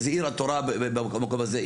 זה עיר התורה במקום הזה.